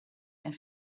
and